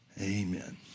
Amen